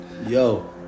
Yo